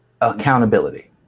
Accountability